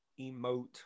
emote